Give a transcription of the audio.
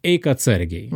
eik atsargiai